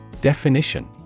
Definition